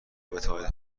بتوانید